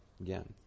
again